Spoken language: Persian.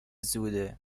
زوده